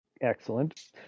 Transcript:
Excellent